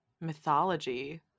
Mythology